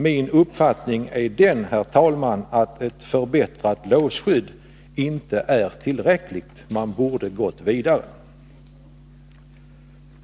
Min uppfattning är den, herr talman, att ett förbättrat låsskydd inte är tillräckligt — man borde ha gått vidare.